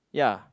ya